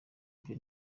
byo